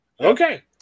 Okay